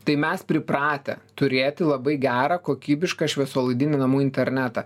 tai mes pripratę turėti labai gerą kokybišką šviesolaidinį namų internetą